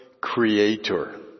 Creator